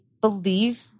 believe